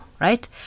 right